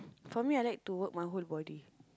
for me I like to work my whole body